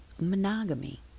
monogamy